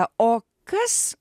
o kas